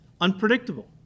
unpredictable